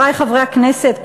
חברי חברי הכנסת,